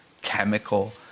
chemical